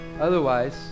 Otherwise